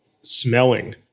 smelling